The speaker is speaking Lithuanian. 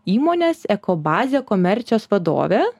įmonės ekobazė komercijos vadovė